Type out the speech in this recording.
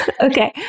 Okay